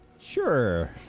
Sure